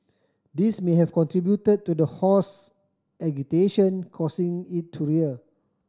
this may have contributed to the horse agitation causing it to rear